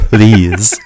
Please